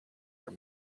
were